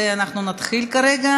ואנחנו נתחיל כרגע